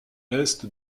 est